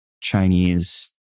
Chinese